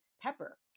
Pepper